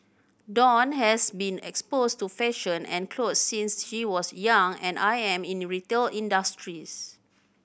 Dawn has been exposed to fashion and clothes since she was young and I am in retail industries